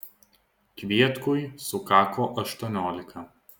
kvietkui sukako aštuoniolika